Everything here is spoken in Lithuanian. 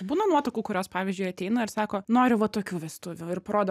būna nuotakų kurios pavyzdžiui ateina ir sako noriu va tokių vestuvių ir parodo